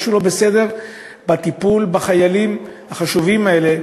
משהו לא בסדר בטיפול בחיילים החשובים האלה,